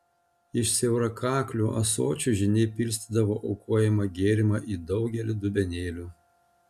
iš siaurakaklių ąsočių žyniai pilstydavo aukojamą gėrimą į daugelį dubenėlių